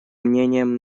мнением